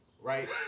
right